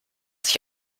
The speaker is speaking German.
sich